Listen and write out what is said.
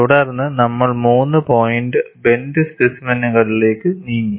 തുടർന്ന് നമ്മൾ മൂന്ന് പോയിന്റ് ബെൻഡ് സ്പെസിമെനുകളിലേക്ക് നീങ്ങി